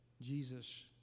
Jesus